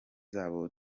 zabo